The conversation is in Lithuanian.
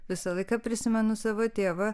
visą laiką prisimenu savo tėvą